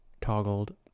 toggled